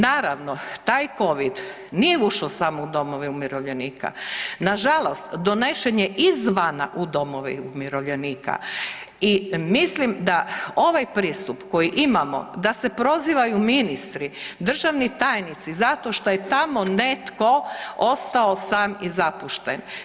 Naravno, taj covid nije ušao samo u domove umirovljenika, nažalost donesen je izvana u domove umirovljenika i mislim da ovaj pristup koji imamo da se prozivaju ministri, državni tajnici, zato šta je tamo netko ostao sam i zapušten.